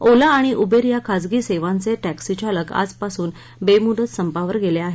ओला आणि उबेर या खाजगी सेवांचे टॅक्सीचालक आजपासून बेमुदत संपावर गेले आहेत